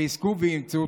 חזקו ואמצו.